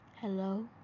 hello